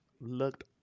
looked